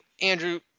Andrew